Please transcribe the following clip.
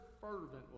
fervently